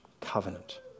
Covenant